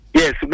yes